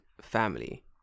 family